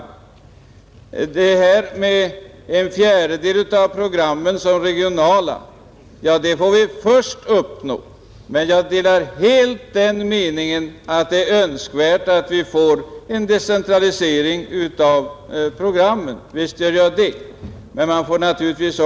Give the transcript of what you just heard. Målet att en fjärdedel av programmen skall vara regionala skall vi först uppnå, men jag delar helt den meningen att en ytterligare decentralisering av programmen är önskvärd.